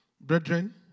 Brethren